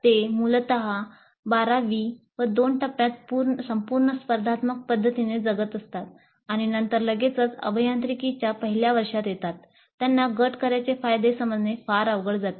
ते मूलतः १२ वी दोन टप्प्यांत संपूर्ण स्पर्धात्मक पद्धतीने जगत असतात आणि नंतर लगेचच अभियांत्रिकीच्या पहिल्या वर्षात येतात त्यांना गट कार्याचे फायदे समजणे फार अवघड जाते